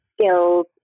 skills